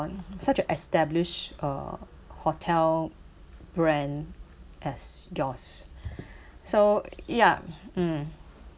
such an established uh hotel brand as yours so ya mm